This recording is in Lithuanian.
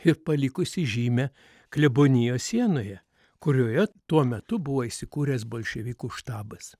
ir palikusį žymę klebonijos sienoje kurioje tuo metu buvo įsikūręs bolševikų štabas